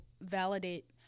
validate